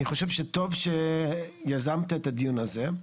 אני חושב שטוב שיזמת את הדיון הזה.